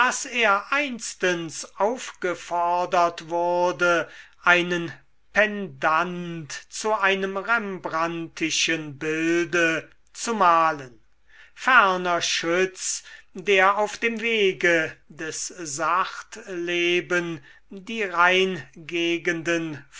er einstens aufgefordert wurde einen pendant zu einem rembrandtischen bilde zu malen ferner schütz der auf dem wege des sachtleben die rheingegenden